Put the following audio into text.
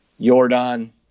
Jordan